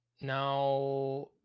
now